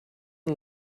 and